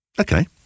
Okay